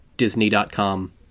Disney.com